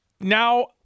Now